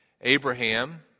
Abraham